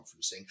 conferencing